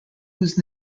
was